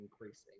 increasing